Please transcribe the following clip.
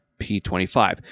P25